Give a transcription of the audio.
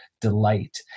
delight